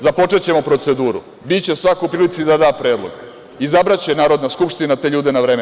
Započećemo proceduru, biće svako u prilici da da predlog, izabraće Narodna skupština te ljude na vreme.